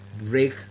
Break